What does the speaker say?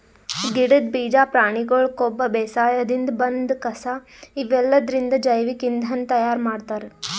ಗಿಡದ್ ಬೀಜಾ ಪ್ರಾಣಿಗೊಳ್ ಕೊಬ್ಬ ಬೇಸಾಯದಿನ್ದ್ ಬಂದಿದ್ ಕಸಾ ಇವೆಲ್ಲದ್ರಿಂದ್ ಜೈವಿಕ್ ಇಂಧನ್ ತಯಾರ್ ಮಾಡ್ತಾರ್